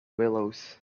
willows